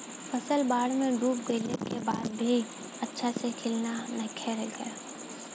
फसल बाढ़ में डूब गइला के बाद भी अच्छा से खिलना नइखे रुकल